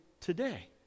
today